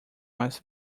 mais